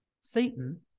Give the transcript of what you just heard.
Satan